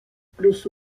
plus